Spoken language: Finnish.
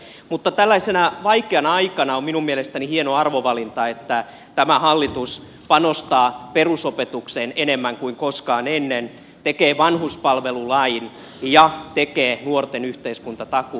mutta tällaisena vaikeana aikana on minun mielestäni hieno arvovalinta että tämä hallitus panostaa perusopetukseen enemmän kuin koskaan ennen tekee vanhuspalvelulain ja tekee nuorten yhteiskuntatakuun